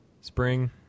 spring